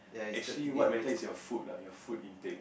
actually what matters is your food ah your food intake